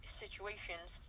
situations